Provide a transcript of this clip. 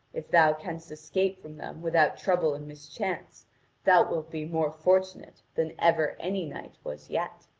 if thou canst escape from them without trouble and mischance, thou wilt be more fortunate than ever any knight was yet